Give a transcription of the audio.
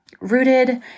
rooted